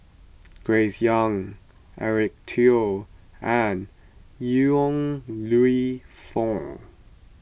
Grace Young Eric Teo and Yong Lew Foong